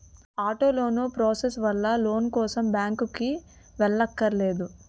auto loan process వల్ల loan కోసం బ్యాంకుకి వెళ్ళక్కర్లేదు